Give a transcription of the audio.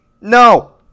No